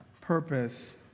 Purpose